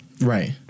Right